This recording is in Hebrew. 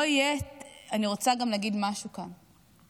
אני רוצה גם להגיד משהו כאן: